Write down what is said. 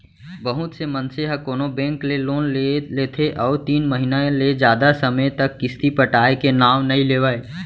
बहुत से मनसे ह कोनो बेंक ले लोन ले लेथे अउ तीन महिना ले जादा समे तक किस्ती पटाय के नांव नइ लेवय